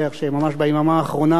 שכן ממש ביממה האחרונה,